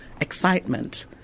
excitement